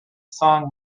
song